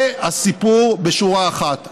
זה הסיפור בשורה אחת.